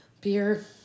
beer